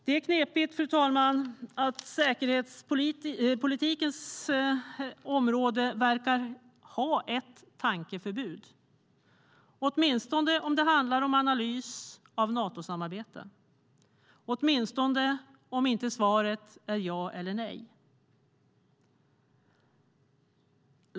Det är knepigt att säkerhetspolitikens område verkar ha ett tankeförbud, i varje fall när det handlar om analys av Natosamarbete, åtminstone om svaret inte är ja eller nej.